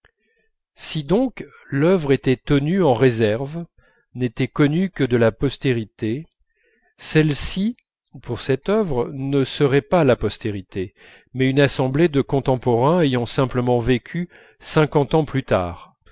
si donc l'œuvre était tenue en réserve n'était connue que de la postérité celle-ci pour cette œuvre ne serait pas la postérité mais une assemblée de contemporains ayant simplement vécu cinquante ans plus tard